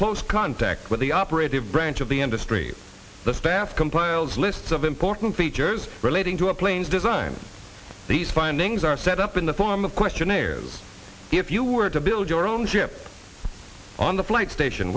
close contact with the operative branch of the industry the staff asked compiles lists of important features relating to a plane's design these findings are set up in the form of questionnaires if you were to build your own ship on the flight station